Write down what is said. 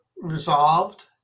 resolved